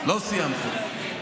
לא סיימתי.